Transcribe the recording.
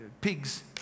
pigs